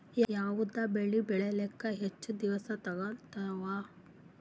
ಯಾವದ ಬೆಳಿ ಬೇಳಿಲಾಕ ಹೆಚ್ಚ ದಿನಾ ತೋಗತ್ತಾವ?